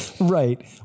Right